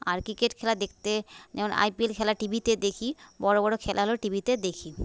আর cricket খেলা দেখতে যেমন আইপিএল খেলা টিভিতে দেখি বড় বড় খেলা হলে টিভিতে দেখি